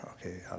okay